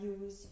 use